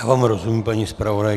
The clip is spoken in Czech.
Já vám rozumím, paní zpravodajko.